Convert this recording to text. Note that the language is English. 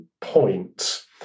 point